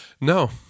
No